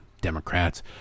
Democrats